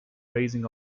raising